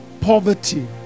poverty